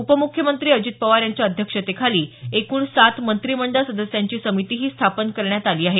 उपमुख्यमंत्री पवार यांच्या अध्यक्षतेखाली एकूण सात मंत्रिमंडळ सदस्यांची समितीही स्थापन करण्यात आली आहे